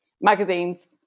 magazines